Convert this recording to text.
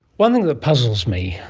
one thing that puzzles me,